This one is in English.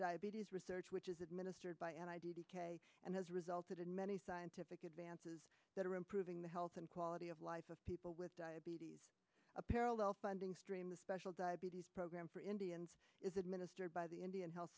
diabetes research which is administered by an idea and has resulted in many scientific advances that are improving the health and quality of life of people with diabetes a parallel funding stream the special diabetes program for indians is administered by the indian health